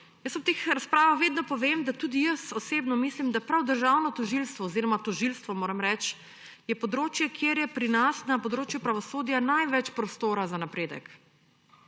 Ob teh razpravah vedno povem, da tudi osebno mislim, da prav državno tožilstvo oziroma tožilstvo, moram reči, je področje, kjer je pri nas na področju pravosodja največ prostora za napredek.